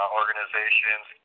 organizations